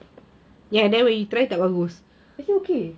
actually okay